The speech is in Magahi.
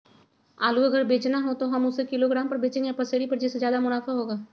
आलू अगर बेचना हो तो हम उससे किलोग्राम पर बचेंगे या पसेरी पर जिससे ज्यादा मुनाफा होगा?